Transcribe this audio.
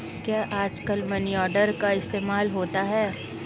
क्या आजकल money order का इस्तेमाल होता है?